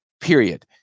period